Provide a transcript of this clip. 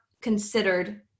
considered